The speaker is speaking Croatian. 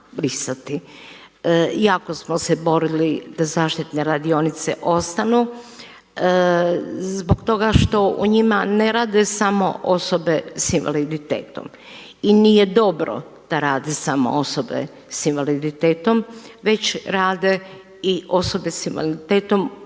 Jako smo se borili da zaštitne radionice ostanu zbog toga što u njima ne rade samo osobe sa invaliditetom. I nije dobro da rade samo osobe sa invaliditetom već rade i osobe sa invaliditetom